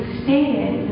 stated